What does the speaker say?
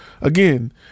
again